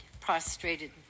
prostrated